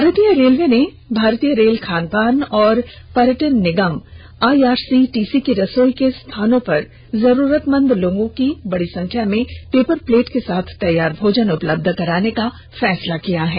भारतीय रेलवे ने भारतीय रेल खान पान और पर्यटन निगम आईआरसीटीसी की रसोई के स्थानों पर जरूरतमंद लोगों को बड़ी संख्या में पेपर प्लेट के साथ तैयार भोजन उपलब्ध कराने का फैसला किया है